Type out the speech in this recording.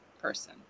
person